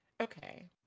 okay